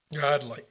godly